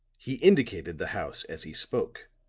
he indicated the house as he spoke.